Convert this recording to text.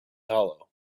hollow